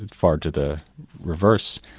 far to the reverse,